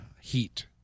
heat